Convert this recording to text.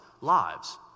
lives